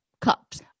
cups